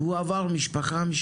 הוא עבר משפחה-משפחה,